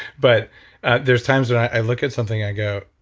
but there's times when i look at something i go,